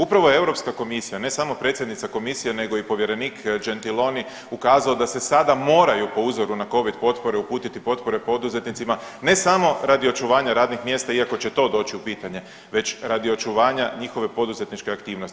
Upravo je Europska komisija, ne samo predsjednica Komisije nego i povjerenik Gentiloni ukazao da se sada moraju po uzoru na covid potpore uputiti potpore poduzetnicima ne samo radi očuvanja radnih mjesta, iako će i to doći u pitanje već radi očuvanja njihove poduzetničke aktivnosti.